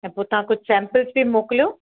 ऐं पोइ तव्हां कुझु सैंपल्स बि मोकिलियो